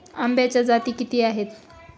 आंब्याच्या जाती किती आहेत?